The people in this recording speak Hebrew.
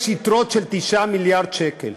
יש יתרות של 9 מיליארד שקל,